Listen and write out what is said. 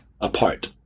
apart